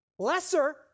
Lesser